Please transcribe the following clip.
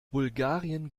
bulgarien